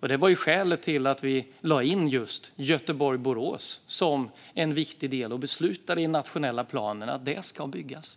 Det var skälet till att vi lade in just Göteborg-Borås som en viktig del och beslutade i den nationella planen att det ska byggas.